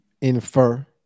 infer